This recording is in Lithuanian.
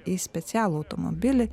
į specialų automobilį